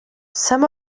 some